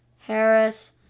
Harris